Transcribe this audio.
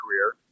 career